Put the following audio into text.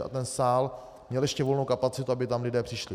A ten sál měl ještě volnou kapacitu, aby tam lidé přišli.